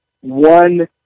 one